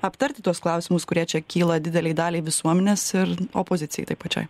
aptarti tuos klausimus kurie čia kyla didelei daliai visuomenės ir opozicijai tai pačiai